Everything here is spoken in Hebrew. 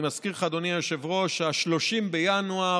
אני מזכיר לך, אדוני היושב-ראש, שב-30 בינואר